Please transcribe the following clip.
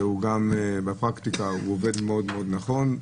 וגם בפרקטיקה הוא עובד מאוד מאוד נכון.